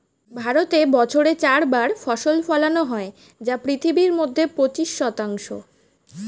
ভারতে বছরে চার বার ফসল ফলানো হয় যা পৃথিবীর মধ্যে পঁচিশ শতাংশ